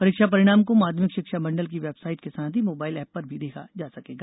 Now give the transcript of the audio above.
परीक्षा परिणाम को माध्यमिक शिक्षा मंडल की वेबसाइट के साथ ही मोबाइल एप पर भी देखा जा सकेगा